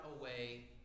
away